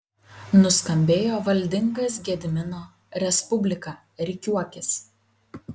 nuskambėjo valdingas gedimino respublika rikiuokis